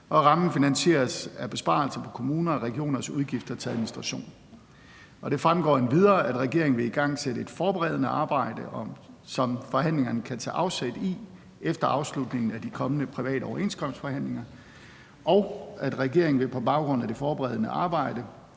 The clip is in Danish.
og at rammen finansieres af besparelser på kommuner og regioners udgifter til administration. Det fremgår endvidere, at regeringen vil igangsætte et forberedende arbejde, som forhandlingerne kan tage afsæt i efter afslutningen af de kommende private overenskomstforhandlinger, og at regeringen på baggrund af det forberedende arbejde